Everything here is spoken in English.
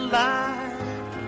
life